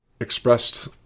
expressed